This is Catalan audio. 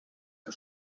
que